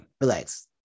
Relax